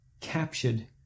captured